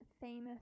famous